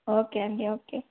okay అండి okay